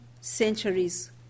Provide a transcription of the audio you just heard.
centuries